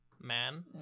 man